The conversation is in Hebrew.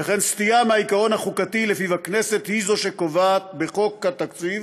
וכן סטייה מהעיקרון החוקתי שלפיו הכנסת היא שקובעת בחוק התקציב